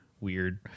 weird